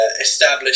established